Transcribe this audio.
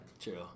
True